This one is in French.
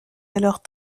alors